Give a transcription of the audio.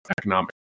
economic